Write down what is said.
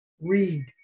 read